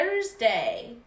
Thursday